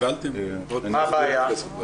מה הבעיה?